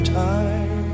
time